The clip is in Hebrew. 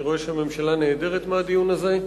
אני רואה שהממשלה נעדרת מהדיון הזה.